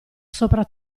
sopra